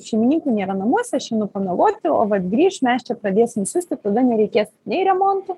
šeimininkų nėra namuose aš einu pamiegoti o vat grįš mes čia pradėsim siusti tada nereikės nei remontų